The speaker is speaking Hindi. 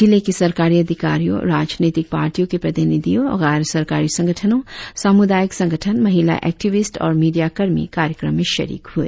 जिले के सरकारी अधिकारियों राजनीतिक पार्टीयों के प्रतिनिधियों गैर सरकारी संगठनों सामुदायिक संगठन महिला एक्टिविस्ट और मीडिया कर्मी कार्यक्रम में शरीक हुए